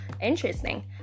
interesting